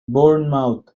bournemouth